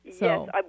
Yes